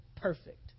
perfect